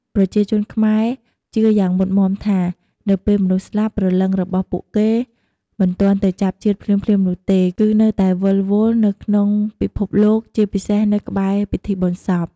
ប្រជាជនខ្មែរជឿយ៉ាងមុតមាំថា នៅពេលមនុស្សស្លាប់ ព្រលឹងរបស់ពួកគេមិនទាន់ទៅចាប់ជាតិភ្លាមៗនោះទេ គឺនៅតែវិលវល់នៅក្នុងពិភពលោក ជាពិសេសនៅក្បែរពិធីបុណ្យសព។